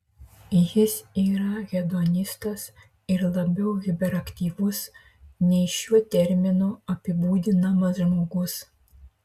jis yra hedonistas ir labiau hiperaktyvus nei šiuo terminu apibūdinamas žmogus